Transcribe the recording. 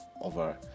over